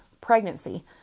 pregnancy